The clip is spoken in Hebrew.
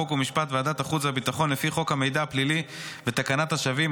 חוק ומשפט וועדת החוץ והביטחון לפי חוק המידע הפלילי ותקנת השבים,